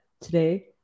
today